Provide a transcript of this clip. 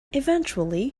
eventually